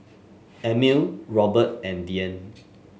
Amil Robert and Dyan